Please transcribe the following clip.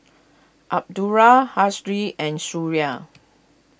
Abdullah and Suria